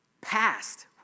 past